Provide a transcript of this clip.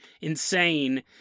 insane